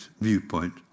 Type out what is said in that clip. viewpoint